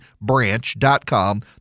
Branch.com